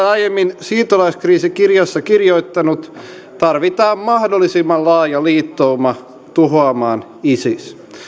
aiemmin siirtolaiskriisi kirjassa kirjoittanut tarvitaan mahdollisimman laaja liittouma tuhoamaan isis